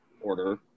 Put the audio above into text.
order